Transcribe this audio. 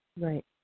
Right